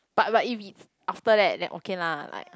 but but if if after that then okay lah like